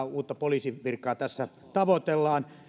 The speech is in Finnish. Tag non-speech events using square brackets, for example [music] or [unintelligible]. [unintelligible] uutta poliisin virkaa tässä tavoitellaan